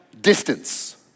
distance